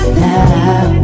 now